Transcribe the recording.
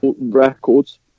records